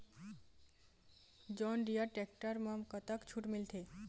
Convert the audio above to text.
John Deere tractor म कतक छूट मिलथे?